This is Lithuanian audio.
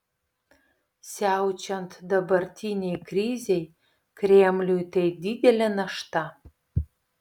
siaučiant dabartinei krizei kremliui tai didelė našta